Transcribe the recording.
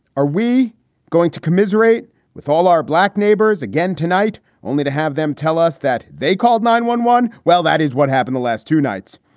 are we going to commiserate with all our black neighbors again tonight, only to have them tell us that they called nine one one? well, that is what happened the last two nights.